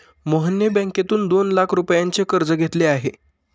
मोहनने बँकेतून दोन लाख रुपयांचे कर्ज घेतले आहे